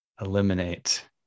Eliminate